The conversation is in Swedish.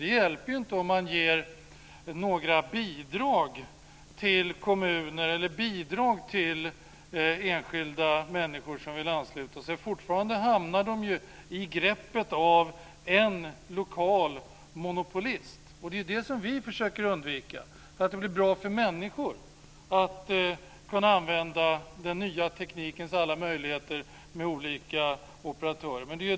Det hjälper inte om man ger ett bidrag till kommuner eller enskilda människor som vill ansluta sig. De hamnar fortfarande i greppet på en lokal monopolist. Det är det som vi försöker undvika för att människor ska kunna använda den nya teknikens alla möjligheter med olika operatörer.